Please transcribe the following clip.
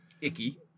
icky